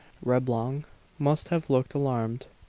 reblong must have looked alarmed.